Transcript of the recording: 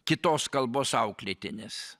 kitos kalbos auklėtinis